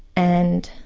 and